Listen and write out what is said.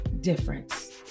difference